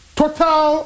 total